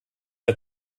der